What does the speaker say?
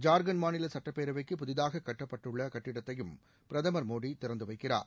ஜார்க்கண்ட் மாநில சட்டப்பேரவைக்கு புதிதாக கட்டப்பட்டுள்ள கட்டடத்தையும் பிரதமர் மோடி திறந்து வைக்கிறார்